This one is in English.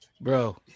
Bro